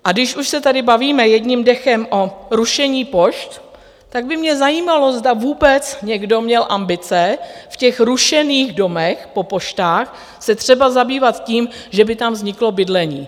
A když už se tady bavíme jedním dechem o rušení pošt, tak by mě zajímalo, zda vůbec někdo měl ambice v těch rušených domech po poštách se třeba zabývat tím, že by tam vzniklo bydlení.